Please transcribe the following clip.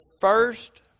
first